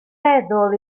meddwl